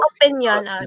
opinion